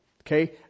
Okay